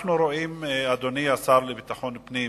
אדוני השר לביטחון פנים,